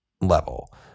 level